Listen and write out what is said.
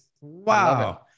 Wow